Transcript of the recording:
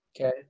okay